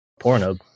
Pornhub